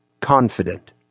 confident